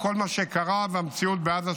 לנוכח כל מה שקרה והמציאות בעזה,